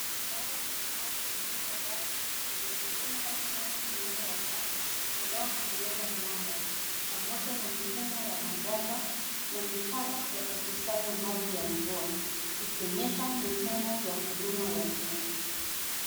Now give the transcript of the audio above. Mbao za paazilizo wazi zinazounga mkono muundo wa paa unaopenyeza mwanga. Pamoja na mifumo ya mabomba na mitaro ya kukusanya maji ya mvua, ikionyesha mifumo ya huduma ya jengo.